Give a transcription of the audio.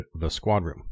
thesquadroom